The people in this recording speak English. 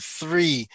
three